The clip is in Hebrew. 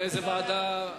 לאיזו ועדה?